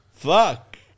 Fuck